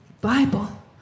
Bible